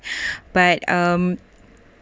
but um